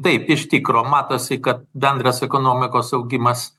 taip iš tikro matosi kad bendras ekonomikos augimas